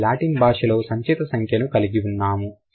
కానీ లాటిన్ భాషలో సంచిత సంఖ్యను కలిగి ఉన్నాము